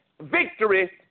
victory